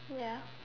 ya